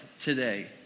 today